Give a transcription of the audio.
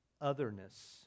otherness